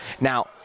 Now